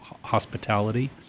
hospitality